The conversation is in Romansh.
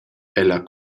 ella